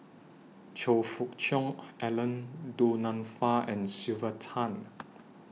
Choe Fook Cheong Alan Du Nanfa and Sylvia Tan